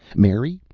mary,